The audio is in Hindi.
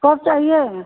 कब चाहिए